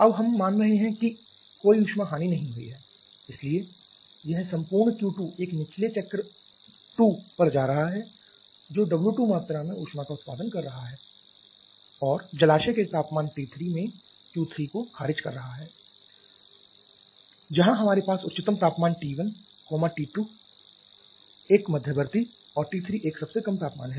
अब हम मान रहे हैं कि कोई ऊष्मा हानि नहीं हुई है इसलिए यह संपूर्ण Q2 एक निचले चक्र 2 पर जा रहा है जो W2 मात्रा में ऊष्मा का उत्पादन कर रहा है और जलाशय के तापमान T3 में Q3 को खारिज कर रहा है जहाँ हमारे पास उच्चतम तापमान T1 T2 एक मध्यवर्ती और T3 एक सबसे कम तापमान है